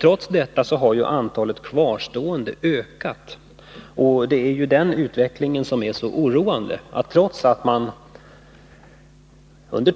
Trots detta har antalet kvarstående ökat. Och det är den utvecklingen som är så oroande, att trots att man — naturligtvis under